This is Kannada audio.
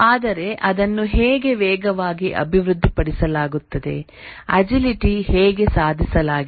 ಆದರೆ ಅದನ್ನು ಹೇಗೆ ವೇಗವಾಗಿ ಅಭಿವೃದ್ಧಿಪಡಿಸಲಾಗುತ್ತದೆ ಅಜಿಲಿಟಿ ಹೇಗೆ ಸಾಧಿಸಲಾಗಿದೆ